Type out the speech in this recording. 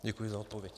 Děkuji za odpověď.